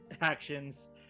actions